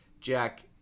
Jack